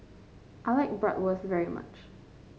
I like Bratwurst very much